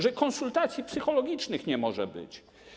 że konsultacji psychologicznych nie może być.